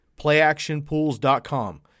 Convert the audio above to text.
Playactionpools.com